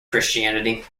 christianity